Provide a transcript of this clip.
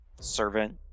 servant